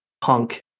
punk